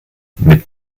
mit